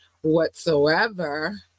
whatsoever